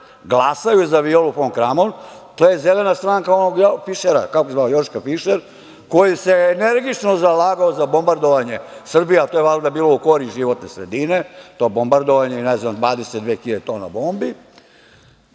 glasaju za Violu fon Kramon, to je zelena stranka onog Fišera, koji se energično zalagao za bombardovanje Srbije, a to je valjda bilo u korist životne sredine, to bombardovanje i ne znam, 22 hiljade tona bombi,